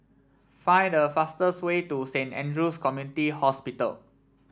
find the fastest way to Saint Andrew's Community Hospital